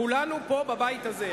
כולנו פה בבית הזה.